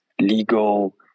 legal